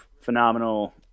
Phenomenal